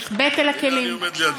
נחבאת אל הכלים.